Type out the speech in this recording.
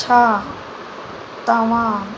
छा तव्हां